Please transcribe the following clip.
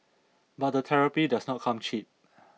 but the therapy does not come cheap